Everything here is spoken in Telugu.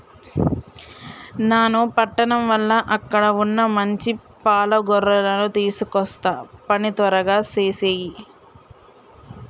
నాను పట్టణం ఎల్ల అక్కడ వున్న మంచి పాల గొర్రెలను తీసుకొస్తా పని త్వరగా సేసేయి